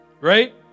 Right